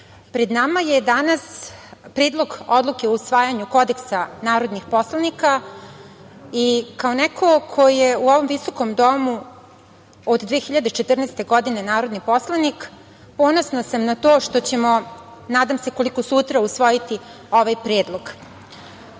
pred nama je danas Predlog odluke o usvajanju kodeksa narodnih poslanika i kao neko ko je u ovom visokom Domu od 2014. godine, narodni poslanik, ponosna sam na to što ćemo, nadam se, koliko sutra, usvojiti ovaj Predlog. Kao